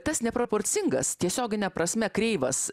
tas neproporcingas tiesiogine prasme kreivas